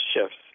shifts